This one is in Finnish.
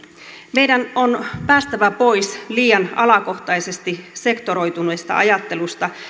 meidän on päästävä pois liian alakohtaisesti sektoroituneesta ajattelusta